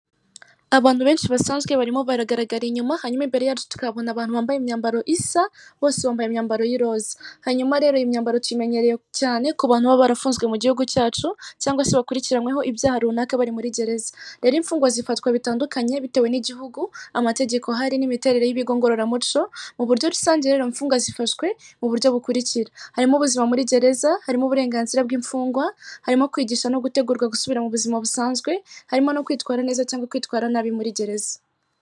Inyubako igaragara nk'ishuri mbere yayo hamanitse idarapo rigihugu cy'u Rwanda hanze y'ikigo hari umuntu mu muhanda ufite igitabo mu ntoki ugenda yihuta ageze hafi y'icyapa.